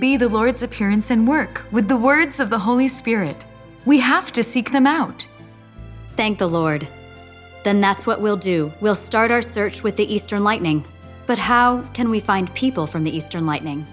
be the lord's appearance and work with the words of the holy spirit we have to seek them out thank the lord then that's what we'll do we'll start our search with the easter lightning but how can we find people from the eastern lightning